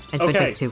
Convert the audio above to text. Okay